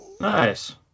Nice